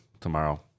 tomorrow